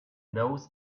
those